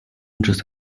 停止